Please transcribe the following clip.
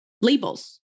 labels